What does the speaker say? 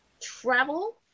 Travel